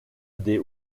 des